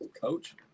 coach